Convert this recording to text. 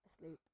asleep